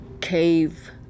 cave